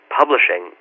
publishing